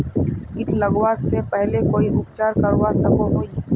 किट लगवा से पहले कोई उपचार करवा सकोहो ही?